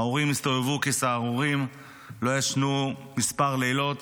ההורים הסתובבו כסהרוריים, לא ישנו כמה לילות,